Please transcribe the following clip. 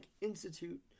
Institute